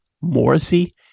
Morrissey